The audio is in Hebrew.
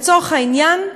לצורך העניין,